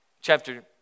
chapter